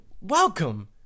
welcome